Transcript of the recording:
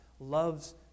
Loves